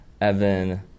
Evan—